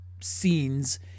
scenes